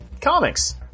comics